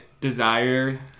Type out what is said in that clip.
desire